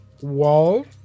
Wall